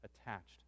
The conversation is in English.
attached